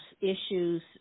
issues